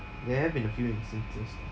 there have been a few instances